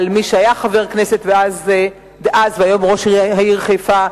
על מי שהיה חבר כנסת והיום הוא ראש העיר חיפה,